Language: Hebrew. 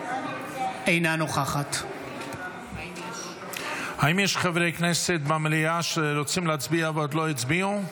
אינה נוכחת האם יש חברי כנסת במליאה שרוצים להצביע ועוד לא הצביעו?